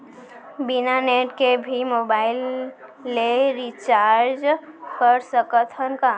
बिना नेट के भी मोबाइल ले रिचार्ज कर सकत हन का?